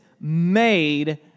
made